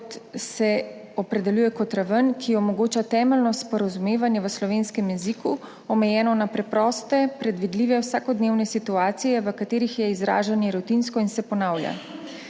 ki se opredeljuje kot raven, ki omogoča temeljno sporazumevanje v slovenskem jeziku, omejeno na preproste, predvidljive, vsakodnevne situacije, v katerih je izražanje rutinsko in se ponavlja.